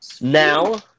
Now